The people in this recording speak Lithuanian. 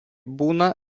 būna